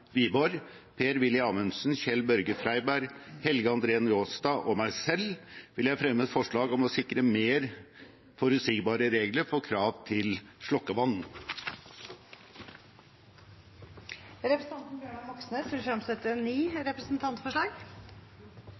Wiborg, Per-Willy Amundsen, Kjell-Børge Freiberg, Helge André Njåstad og meg selv fremme et forslag om å sikre mer forutsigbare regler for krav til slokkevann. Representanten Bjørnar Moxnes vil fremsette ni representantforslag.